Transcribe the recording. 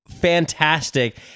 fantastic